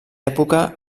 època